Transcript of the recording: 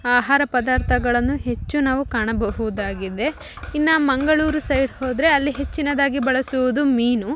ಆಹಾರ ಪದಾರ್ಥಗಳನ್ನು ಹೆಚ್ಚು ನಾವು ಕಾಣಬಹುದಾಗಿದೆ ಇನ್ನು ಮಂಗಳೂರು ಸೈಡ್ ಹೋದರೆ ಅಲ್ಲಿ ಹೆಚ್ಚಿನದಾಗಿ ಬಳಸುವುದು ಮೀನು